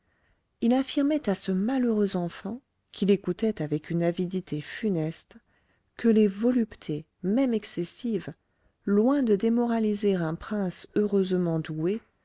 il affirmait à ce malheureux enfant qui l'écoutait avec une avidité funeste que les voluptés même excessives loin de démoraliser un prince heureusement doué